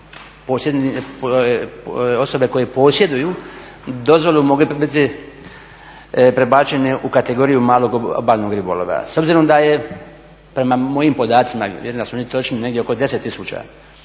osobe koje posjeduju dozvolu mogli biti prebačeni u kategoriju malog obalnog ribolova. S obzirom da je prema mojim podacima, je da su oni točni, negdje oko 10